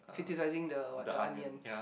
criticizing the what the onion